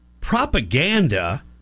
propaganda